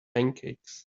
pancakes